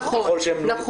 נכון.